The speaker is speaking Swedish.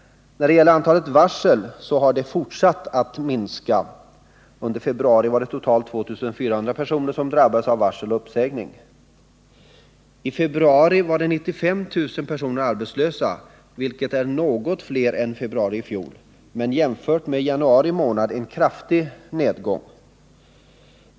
När det gäller antalet varsel så har dessa fortsatt att minska. Under februari var det totalt 2400 personer som drabbades av varsel och uppsägning. I februari var 95 000 personer arbetslösa, vilket är något fler än i februari i fjol men färre än i januari månad.